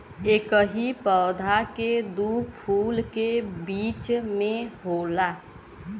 एकही पौधा के दू फूल के बीच में होला